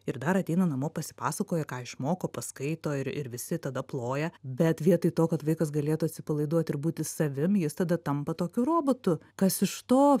ir dar ateina namo pasipasakoja ką išmoko skaito ir ir visi tada ploja bet vietoj to kad vaikas galėtų atsipalaiduot ir būti savim jis tada tampa tokiu robotu kas iš to